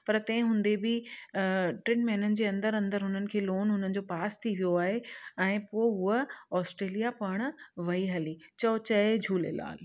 पर तंहिं हूंदे बि टिनि महीननि जे अंदरि अंदरि उन्हनि खे लोन उन्हनि जो पास थी वियो आहे ऐं पोइ उहा ऑस्ट्रेलिया पढ़ण वेई हली चयो जय झूलेलाल